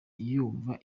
yumva